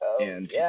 And-